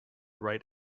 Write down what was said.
right